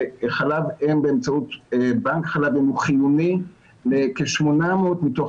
שחלב אם באמצעות בנק חלב אם הוא חיוני לכ-800 מתוך